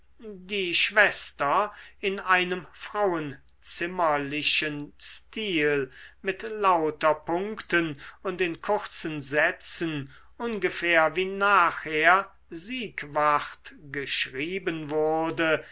die schwester in einem frauenzimmerlichen stil mit lauter punkten und in kurzen sätzen ungefähr wie nachher siegwart geschrieben wurde